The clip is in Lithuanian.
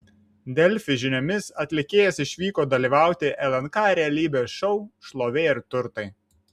delfi žiniomis atlikėjas išvyko dalyvauti lnk realybės šou šlovė ir turtai